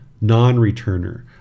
non-returner